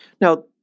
Now